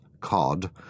COD